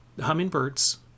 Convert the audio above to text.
hummingbirds